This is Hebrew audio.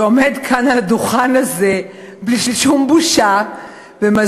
שעומד כאן על הדוכן הזה בלי שום בושה ומסביר